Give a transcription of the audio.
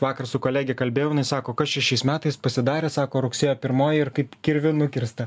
vakar su kolege kalbėjau jinai sako kas čia šiais metais pasidarė sako rugsėjo pirmoji ir kaip kirviu nukirsta